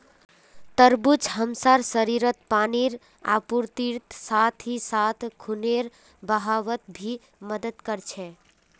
तरबूज हमसार शरीरत पानीर आपूर्तिर साथ ही साथ खूनेर बहावत भी मदद कर छे